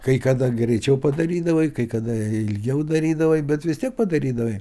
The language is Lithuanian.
kai kada greičiau padarydavai kai kada ilgiau darydavai bet vis tiek padarydavai